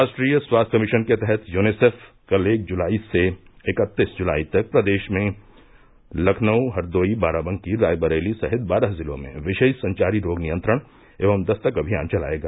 राष्ट्रीय स्वास्थ्य मिशन के तहत यूनीसेफ कल एक जुलाई से इकत्तीस जुलाई तक प्रदेश में लखनऊ हरदोई बाराबंकी रायबरेली सहित बारह जिलों में विशेष संचारी रोग नियंत्रण एवं दस्तक अभियान चलायेगा